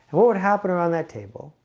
would happen around that table?